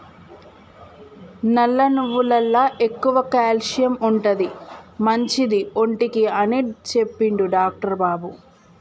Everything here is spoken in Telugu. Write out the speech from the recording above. నల్ల నువ్వులల్ల ఎక్కువ క్యాల్షియం ఉంటది, మంచిది ఒంటికి అని చెప్పిండు డాక్టర్ బాబు